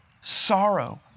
sorrow